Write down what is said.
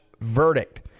verdict